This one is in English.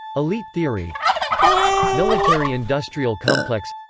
elite theory military-industrial complex